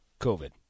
COVID